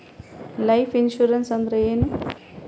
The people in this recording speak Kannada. ಲೈಫ್ ಇನ್ಸೂರೆನ್ಸ್ ಅಂದ್ರ ಏನ?